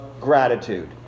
gratitude